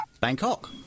Bangkok